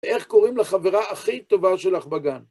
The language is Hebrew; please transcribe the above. איך קוראים לחברה הכי טובה שלך בגן?